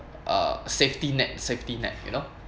uh safety net safety net you know